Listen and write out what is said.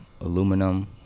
aluminum